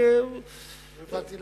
לא הבנתי.